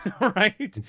right